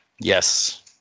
yes